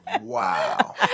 Wow